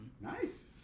Nice